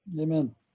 Amen